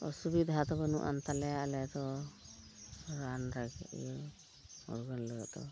ᱚᱥᱩᱵᱤᱫᱷᱟ ᱫᱚ ᱵᱟᱹᱱᱩᱜ ᱟᱱ ᱛᱟᱞᱮᱭᱟ ᱟᱞᱮ ᱫᱚ ᱨᱟᱱ ᱞᱟᱹᱜᱤᱫ ᱤᱭᱟᱹ ᱩᱨᱜᱟᱹᱱ ᱞᱟᱹᱜᱤᱫ ᱫᱚ